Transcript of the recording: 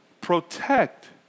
Protect